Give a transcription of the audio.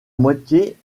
moitié